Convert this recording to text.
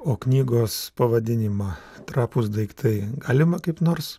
o knygos pavadinimą trapūs daiktai galima kaip nors